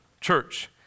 church